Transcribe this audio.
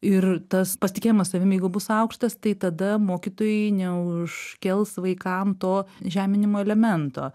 ir tas pasitikėjimas savim jeigu bus aukštas tai tada mokytojai neužkels vaikam to žeminimo elemento